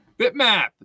Bitmap